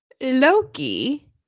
Loki